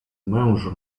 mężu